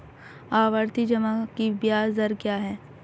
आवर्ती जमा की ब्याज दर क्या है?